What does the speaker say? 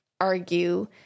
argue